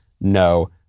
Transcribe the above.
no